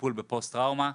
לטיפול בפוסט טראומה,